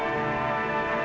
or